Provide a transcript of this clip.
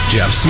Jeff